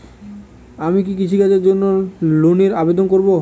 আমি কি কৃষিকাজের জন্য লোনের আবেদন করব?